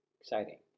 exciting